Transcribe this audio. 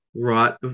right